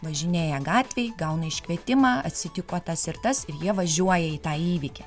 važinėja gatvėj gauna iškvietimą atsitiko tas ir tas ir jie važiuoja į tą įvykį